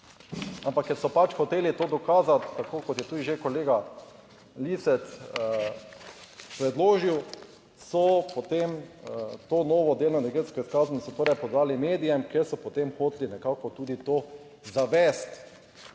Ampak ker so pač hoteli to dokazati, tako kot je tudi že kolega Lisec predložil, so potem to novo delno energetsko izkaznico torej podali medijem, kjer so potem hoteli nekako tudi to zavesti